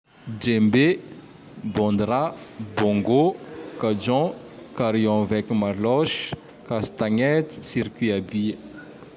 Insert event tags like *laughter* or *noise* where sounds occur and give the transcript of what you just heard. *noise* Djembe, *noise* bôndra, *noise* bôngo, *noise* kajon, *noise* karion *noise* avec *noise* maloche, *noise* castagnette, *noise* circuit *noise* abile. *noise*